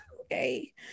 okay